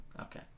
Okay